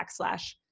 backslash